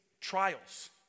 trials